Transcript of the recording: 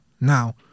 now